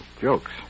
jokes